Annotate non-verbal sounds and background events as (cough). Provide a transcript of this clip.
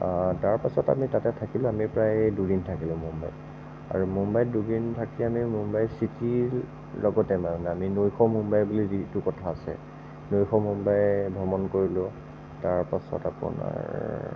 তাৰ পিছত আমি তাতে থাকিলোঁ আমি প্ৰায় দুদিন থাকিলোঁ মুম্বাইত আৰু মুম্বাইত দুদিন থাকি আমি মুম্বাই চিটিৰ (unintelligible) আমি নৈশ মুম্বাই বুলি যিটো কথা আছে নৈশ মুম্বাই ভ্ৰমণ কৰিলোঁ তাৰ পাছত আকৌ আমাৰ